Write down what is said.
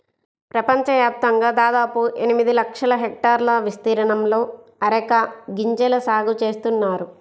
ప్రపంచవ్యాప్తంగా దాదాపు ఎనిమిది లక్షల హెక్టార్ల విస్తీర్ణంలో అరెక గింజల సాగు చేస్తున్నారు